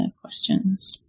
questions